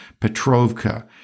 Petrovka